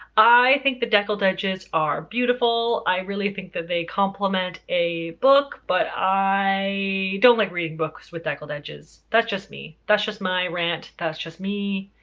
i think the deckled edges are beautiful. i really think that they complement a book but i don't like reading books with deckled edges. that's just me. that's just my rant. that's just me.